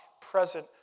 present